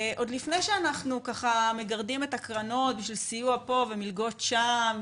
עוד לפני שאנחנו מגרדים את הקרנות בשביל סיוע פה ומלגות שם,